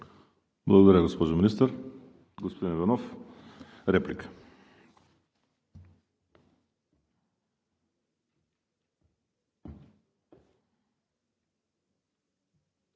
Благодаря, госпожо Министър. Господин Иванов – реплика.